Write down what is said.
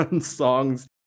songs